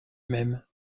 même